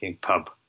Pub